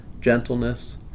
gentleness